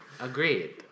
Agreed